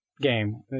game